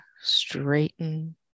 straighten